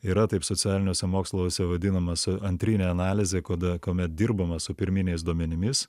yra taip socialiniuose moksluose vadinamas antrinė analizė kuoda kuomet dirbama su pirminiais duomenimis